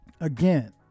again